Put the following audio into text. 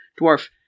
dwarf